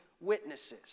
witnesses